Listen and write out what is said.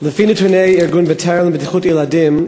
לפי נתוני ארגון "בטרם" לבטיחות ילדים,